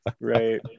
right